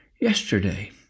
yesterday